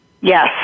Yes